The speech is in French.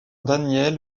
daniel